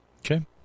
Okay